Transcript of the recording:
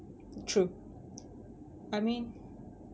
true I mean